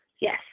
Yes